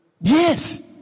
Yes